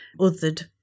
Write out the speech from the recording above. othered